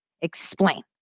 Explain